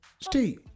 Steve